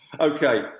Okay